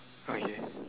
okay